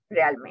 realmente